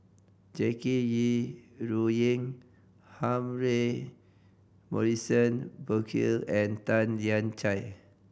Jackie Yi Ru Ying Humphrey Morrison Burkill and Tan Lian Chye